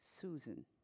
Susan